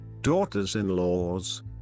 daughters-in-laws